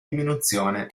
diminuzione